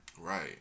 Right